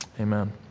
amen